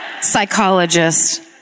psychologist